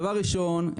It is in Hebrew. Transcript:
דבר ראשון,